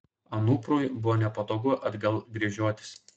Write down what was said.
anuprui buvo nepatogu atgal gręžiotis